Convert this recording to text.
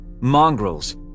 Mongrels